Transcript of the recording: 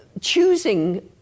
choosing